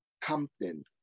Compton